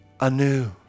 anew